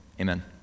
Amen